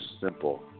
simple